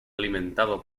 alimentado